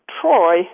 Troy